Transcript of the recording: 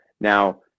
Now